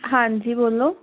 ਹਾਂਜੀ ਬੋਲੋ